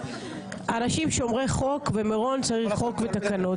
אנשים שומרי חוק ומירון צריך חוק ותקנות,